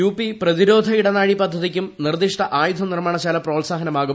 U P പ്രതിരോധ ഇടനാഴി പദ്ധതിക്കും നിർദ്ദിഷ്ട ആയുധ നിർമ്മാണശാല പ്രോത്സാഹനമാകും